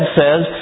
says